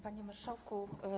Panie Marszałku!